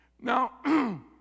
Now